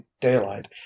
daylight